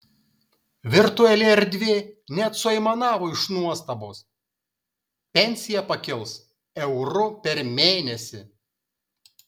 virtuali erdvė net suaimanavo iš nuostabos pensija pakils euru per mėnesį